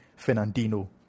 Fernandino